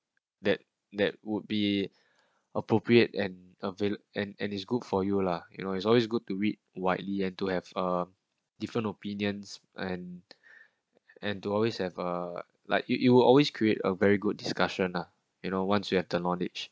that that would be appropriate and avail~ and and it's good for you lah you know it's always good to read widely and to have a different opinions and and to always have a like you you will always create a very good discussion lah you know once you have the knowledge